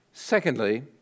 Secondly